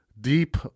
Deep